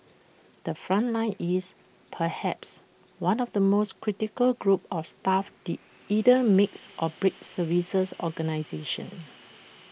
the front line is perhaps one of the most critical groups of staff that either makes or breaks services organisations